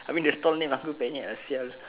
I mean the stall name uncle penyet ah [sial]